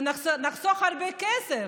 ונחסוך הרבה כסף.